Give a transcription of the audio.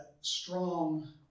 strong